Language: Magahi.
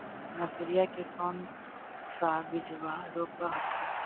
मसुरिया के कौन सा बिजबा रोप हखिन?